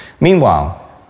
Meanwhile